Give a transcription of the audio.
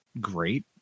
great